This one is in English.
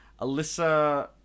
Alyssa